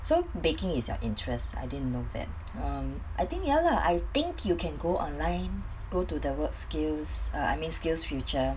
so baking is your interests I didn't know that um I think ya lah I think you can go online go to the work skills uh I mean skills future